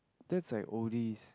that's like oldies